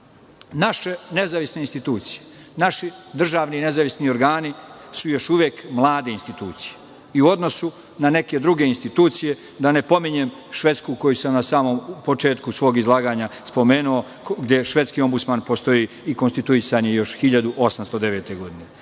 radu. Naše nezavisne institucije, naši državni nezavisni organi su još uvek mlade institucije i u odnosu na neke druge institucije, da ne pominjem Švedsku koju sam na samom početku svog izlaganja spomenuo, gde švedski ombudsman postoji i konstituisan je još 1809. godine. Mi